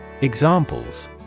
Examples